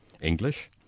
English